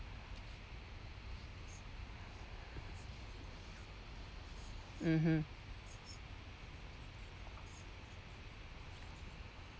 mmhmm